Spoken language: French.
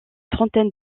trentaine